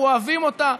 אנחנו אוהבים אותה,